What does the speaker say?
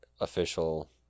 official